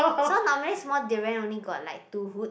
so normally small durian only got like two hoot